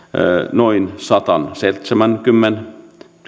noin sataanseitsemäänkymmeneen